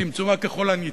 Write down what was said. צמצום רק ככל הניתן.